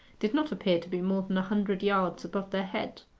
did not appear to be more than a hundred yards above their heads,